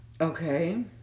Okay